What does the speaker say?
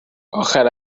آخر